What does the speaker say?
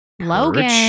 Logan